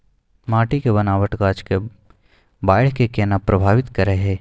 माटी के बनावट गाछ के बाइढ़ के केना प्रभावित करय हय?